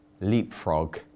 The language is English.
leapfrog